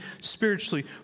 spiritually